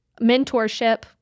mentorship